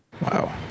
Wow